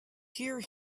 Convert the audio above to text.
hear